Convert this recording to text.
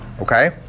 okay